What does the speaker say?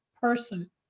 person